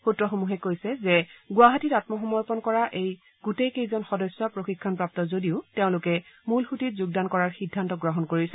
সূত্ৰসমূহে কৈছে যে গুৱাহাটীত আম্মসমৰ্পণ কৰা গোটেইকেইজন সদস্য প্ৰশিক্ষণপ্ৰাপ্ত যদিও তেওঁলোকে মূলসূঁতিত যোগদান কৰাৰ সিদ্ধান্ত গ্ৰহণ কৰিছে